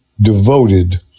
devoted